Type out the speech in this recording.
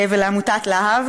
ולעמותת לה"ב,